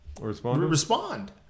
respond